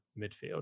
midfield